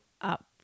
up